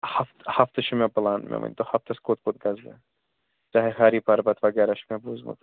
ہفتہٕ ہفتہٕ چھِ مےٚ پٕلان مےٚ ؤنۍ تَو ہفتَس کوٚت کوٚت گژھٕ بہٕ چاہے ہاری پربَت وغیرہ چھِ مےٚ بوٗزمُت